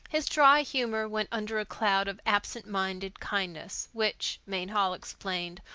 his dry humor went under a cloud of absent-minded kindliness which, mainhall explained,